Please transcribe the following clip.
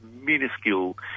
minuscule